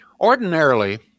Ordinarily